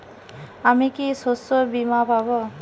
আমি কি শষ্যবীমা পাব?